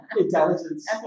intelligence